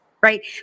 right